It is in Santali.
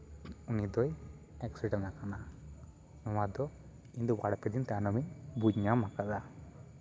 ᱩᱱᱤ ᱫᱚᱭ ᱮᱠᱥᱤᱰᱮᱱᱴ ᱟᱠᱟᱱᱟ ᱱᱚᱣᱟ ᱫᱚ ᱤᱧ ᱫᱚ ᱵᱟᱨ ᱯᱮ ᱫᱤᱱ ᱛᱟᱭᱱᱚᱢᱤᱧ ᱵᱩᱡᱽ ᱧᱟᱢ ᱟᱠᱟᱫᱟ